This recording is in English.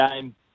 game